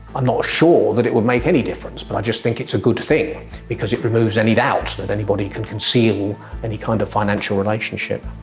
i'm not sure that it would make any difference but i just think it's a good thing because it removes any doubt that anybody can conceal any kind of financial relationship.